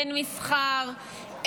אין מסחר,